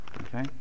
okay